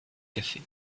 café